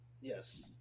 Yes